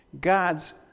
God's